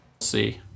see